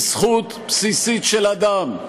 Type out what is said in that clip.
היא זכות בסיסית של אדם.